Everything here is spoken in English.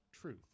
truth